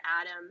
Adam